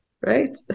Right